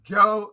Joe